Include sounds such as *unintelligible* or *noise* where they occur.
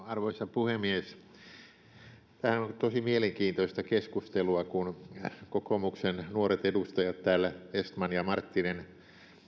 *unintelligible* arvoisa puhemies tämähän on tosi mielenkiintoista keskustelua kun täällä kokoomuksen nuoret edustajat vestman ja marttinen